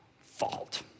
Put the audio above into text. fault